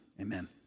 Amen